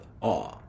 awe